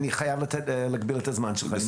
אני חייב להגביל את הזמן שלך.